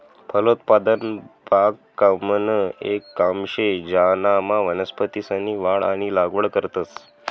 फलोत्पादन बागकामनं येक काम शे ज्यानामा वनस्पतीसनी वाढ आणि लागवड करतंस